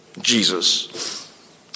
Jesus